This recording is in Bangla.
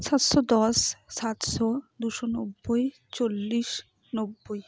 সাতসো দস সাতসো দুশো নব্বই চল্লিশ নব্বই